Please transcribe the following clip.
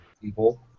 people